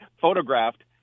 photographed